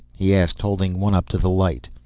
he asked, holding one up to the light.